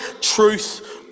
truth